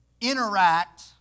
interact